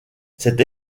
cette